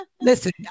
Listen